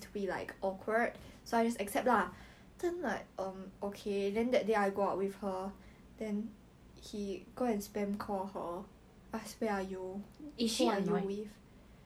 你听到你也是觉得你听到我跟你讲的东西你也是会觉得一点 like 恶心 right it's very cringe